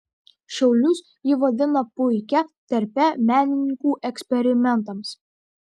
šiaulius ji vadina puikia terpe menininkų eksperimentams